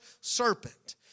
serpent